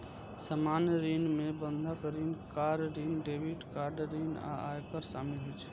सामान्य ऋण मे बंधक ऋण, कार ऋण, क्रेडिट कार्ड ऋण आ आयकर शामिल होइ छै